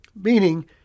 meaning